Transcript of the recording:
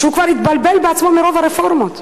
שהוא התבלבל בעצמו מרוב הרפורמות.